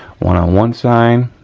one on one side,